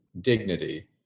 dignity